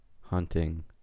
Hunting